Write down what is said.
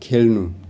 खेल्नु